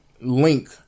link